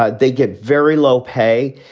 ah they get very low pay.